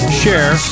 share